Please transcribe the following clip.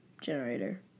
generator